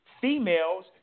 Females